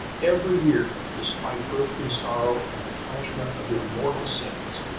every year, despite earthly sorrow and the punishment of your mortal sins,